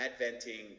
adventing